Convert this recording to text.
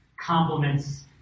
compliments